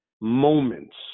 moments